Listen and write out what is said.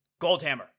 Goldhammer